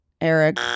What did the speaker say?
Eric